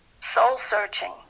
soul-searching